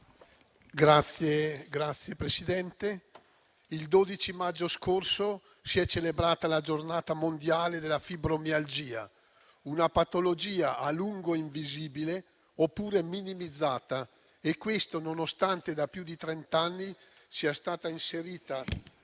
Signor Presidente, il 12 maggio scorso si è celebrata la Giornata mondiale della fibromialgia, una patologia a lungo invisibile oppure minimizzata, nonostante da più di trent'anni sia stata inserita